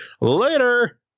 later